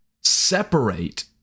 separate